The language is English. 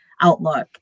Outlook